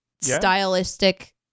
stylistic